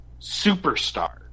Superstar